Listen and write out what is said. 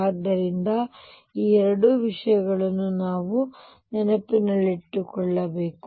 ಆದ್ದರಿಂದ ಈ ಎರಡು ವಿಷಯಗಳನ್ನು ನಾವು ನೆನಪಿನಲ್ಲಿಟ್ಟುಕೊಳ್ಳಬೇಕು